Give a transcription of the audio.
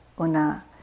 Una